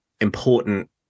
important